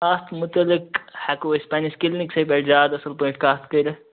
اتھ متعلق ہیکو أسۍ پنٕنِس کِلنکسٕے پیٹھ زیادٕ اصٕل پٲٹھۍ کتھ کٔرِتھ